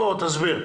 תסביר לי.